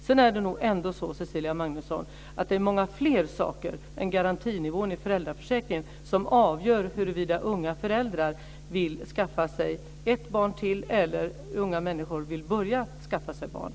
Sedan är det nog ändå så, Cecilia Magnusson, att det är många fler saker än garantinivån i föräldraförsäkringen som avgör huruvida unga föräldrar vill skaffa sig ett barn till eller huruvida unga människor vill börja skaffa sig barn.